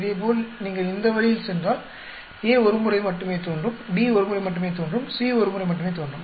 இதேபோல் நீங்கள் இந்த வழியில் சென்றால் A ஒரு முறை மட்டுமே தோன்றும் B ஒரு முறை மட்டுமே தோன்றும் C ஒரு முறை மட்டுமே தோன்றும்